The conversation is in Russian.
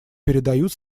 передают